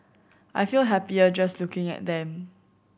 I feel happier just looking at them